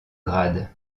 grade